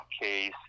case